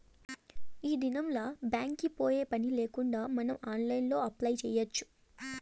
ఈ దినంల్ల బ్యాంక్ కి పోయే పనిలేకుండా మనం ఆన్లైన్లో అప్లై చేయచ్చు